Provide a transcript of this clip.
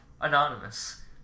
anonymous